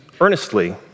earnestly